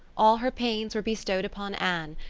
all her pains were bestowed upon anne,